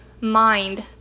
mind